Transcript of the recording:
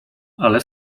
ale